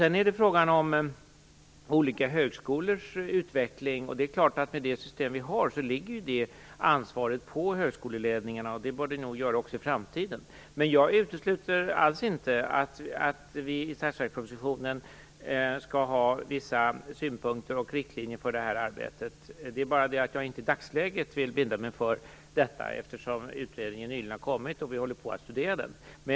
Sedan är det frågan om olika högskolors utveckling, och med det system vi har ligger ju det ansvaret på högskoleledningarna, och det bör det nog göra också i framtiden. Men jag utesluter alls inte att vi i statsverkspropositionen skall ha vissa synpunkter och riktlinjer för det här arbetet. Det är bara det att jag i dagsläget inte vill binda mig för detta, eftersom utredningen nyligen har kommit och vi håller på att studera den.